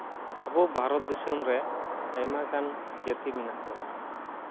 ᱟᱵᱚ ᱵᱷᱟᱨᱚᱛ ᱫᱤᱥᱚᱢ ᱨᱮ ᱟᱭᱢᱟᱜᱟᱱ ᱡᱟᱹᱛᱤ ᱢᱮᱱᱟᱜ ᱵᱚᱱᱟ